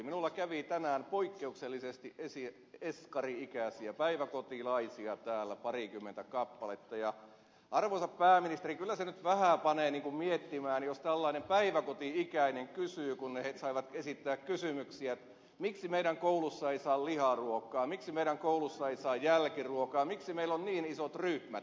minulla kävi tänään poikkeuksellisesti eskari ikäisiä päiväkotilaisia täällä parikymmentä kappaletta ja arvoisa pääministeri kyllä se nyt vähän panee niin kuin miettimään jos tällainen päiväkoti ikäinen kysyy kun he saivat esittää kysymyksiä miksi meidän koulussa ei saa liharuokaa miksi meidän koulussa ei saa jälkiruokaa miksi meillä on niin isot ryhmät